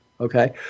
okay